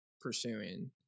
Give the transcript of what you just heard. pursuing